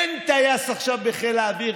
אין טייס עכשיו בחיל האוויר,